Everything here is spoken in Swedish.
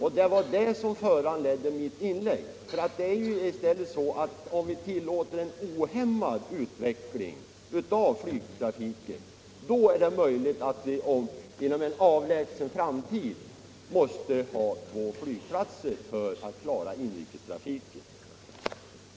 Herr talman! Kommunikationsministern sade att utvecklingen av flygtrafiken kräver två flygplatser i Stockholmsregionen och att vi, om vi inte får två flygplatser, måste minska ned flygtrafiken. Det var detta som föranledde mitt inlägg.